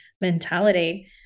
mentality